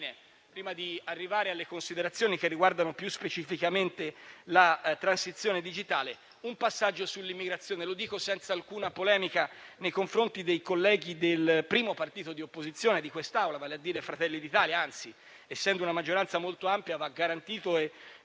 prima di arrivare alle considerazioni che riguardano più specificamente la transizione digitale, un passaggio sull'immigrazione. Parlo senza alcuna polemica nei confronti dei colleghi del primo partito di opposizione di questa Assemblea, vale a dire Fratelli d'Italia; anzi essendo una maggioranza molto ampia, va garantito e